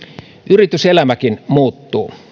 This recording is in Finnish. yrityselämäkin muuttuu